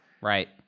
Right